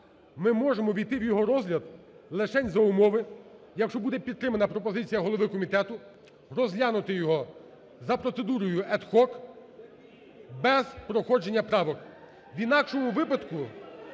Ми можемо увійти в його розгляд лишень за умови, якщо буде підтримана пропозиція голови комітету розглянути його за процедурою ad hoc без проходження правок. В інакшому випадку…